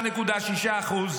זה יהיה תיקון של עוול.